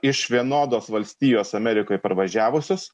iš vienodos valstijos amerikoj parvažiavusius